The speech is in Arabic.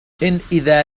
إذا